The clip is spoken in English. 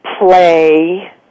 play